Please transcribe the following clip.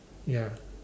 ya